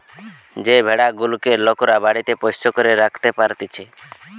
যে ভেড়া গুলেক লোকরা বাড়িতে পোষ্য করে রাখতে পারতিছে